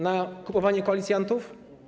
Na kupowanie koalicjantów?